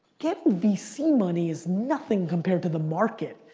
getting vc money is nothing compared to the market.